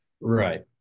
right